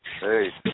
Hey